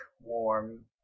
warm